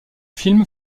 film